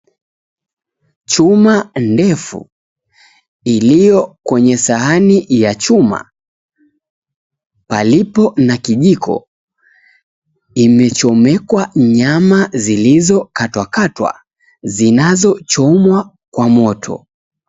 Chuma ndefu iliyo kwenye sahani ya chuma palipo na kijiko imechomekwa nyama zilizokatwakatwa zinazochomwa kwa moto.